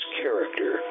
character